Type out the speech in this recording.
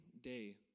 day